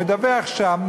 מדווח שם,